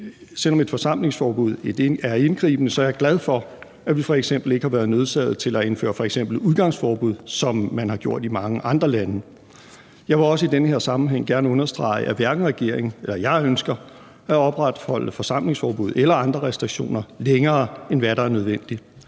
Selv om et forsamlingsforbud er indgribende, er jeg glad for, at vi f.eks. ikke har været nødsaget til at indføre f.eks. udgangsforbud, som man har gjort i mange andre lande. Jeg vil også i den her sammenhæng gerne understrege, at hverken regeringen eller jeg ønsker at opretholde forsamlingsforbud eller andre restriktioner længere, end hvad der er nødvendigt.